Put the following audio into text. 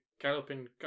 Galloping